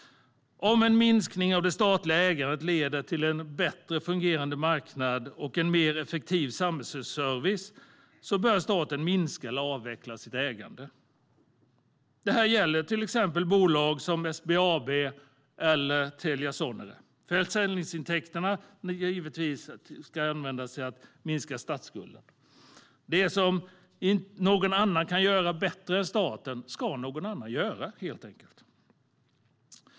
Om en minskning av det statliga ägandet leder till en bättre fungerande marknad och en mer effektiv samhällsservice bör staten minska eller avveckla sitt ägande. Det gäller till exempel bolagen SBAB och Telia Sonera. Försäljningsintäkterna ska givetvis användas till att minska statsskulden. Det någon annan kan göra bättre än staten ska någon annan göra, helt enkelt.